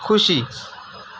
ખુશી